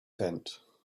tent